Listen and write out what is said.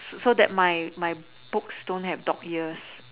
so so that my my books don't have dog ears